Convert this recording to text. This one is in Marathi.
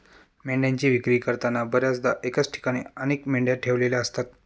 मेंढ्यांची विक्री करताना बर्याचदा एकाच ठिकाणी अनेक मेंढ्या ठेवलेल्या असतात